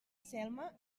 selma